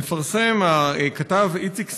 מפרסם הכתב איציק סבן,